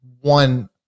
one